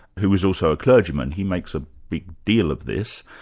who was also a clergyman, he makes a big deal of this.